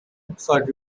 employed